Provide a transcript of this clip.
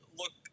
look